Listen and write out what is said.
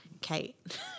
Kate